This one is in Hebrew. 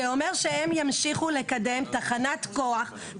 זה בדיוק מה שאנחנו מציעים, וודאות.